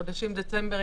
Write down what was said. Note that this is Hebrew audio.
בחודשים דצמבר,